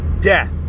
death